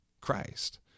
Christ